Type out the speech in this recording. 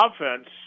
offense